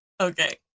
Okay